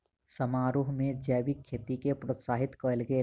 समारोह में जैविक खेती के प्रोत्साहित कयल गेल